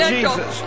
Jesus